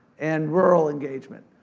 and rural engagement.